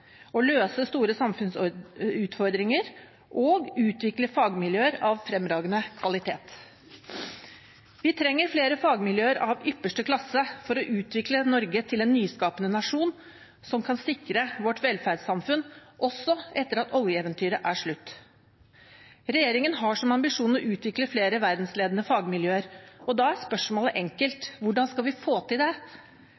å løse store samfunnsutfordringer å utvikle fagmiljøer av fremragende kvalitet Vi trenger flere fagmiljøer av ypperste klasse for å utvikle Norge til en nyskapende nasjon, som kan sikre vårt velferdssamfunn også etter at oljeeventyret er slutt. Regjeringen har som ambisjon å utvikle flere verdensledende fagmiljøer, og da er spørsmålet enkelt: Hvordan skal vi få til det?